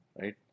right